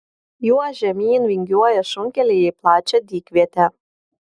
juo žemyn vingiuoja šunkeliai į plačią dykvietę